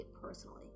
personally